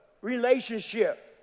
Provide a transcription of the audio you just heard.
relationship